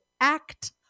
act